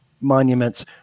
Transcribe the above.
monuments